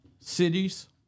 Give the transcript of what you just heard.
cities